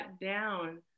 down